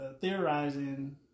theorizing